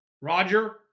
Roger